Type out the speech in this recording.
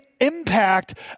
impact